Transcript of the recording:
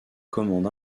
commande